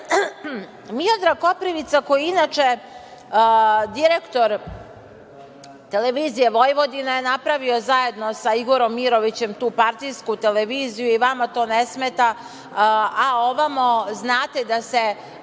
Koprivica, koji je inače direktor TV Vojvodina je napravio zajedno sa Igorom Mirovićem tu partijsku televiziju i vama to ne smeta, a ovamo znate da se,